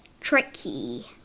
tricky